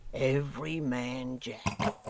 every man jack